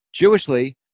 Jewishly